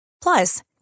Plus